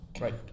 right